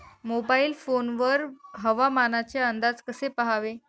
Mobile phone वर हवामानाचे अंदाज कसे पहावे?